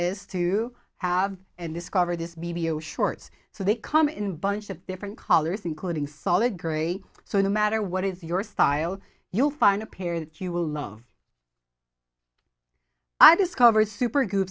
is to have and discovered this b b oh shorts so they come in bunch of different colors including solid gray so no matter what is your style you'll find a pair that you will love i discovered super